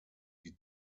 die